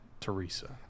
Teresa